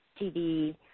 TV